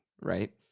Right